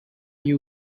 you